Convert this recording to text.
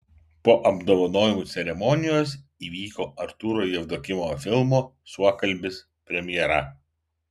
po apdovanojimų ceremonijos įvyko artūro jevdokimovo filmo suokalbis premjera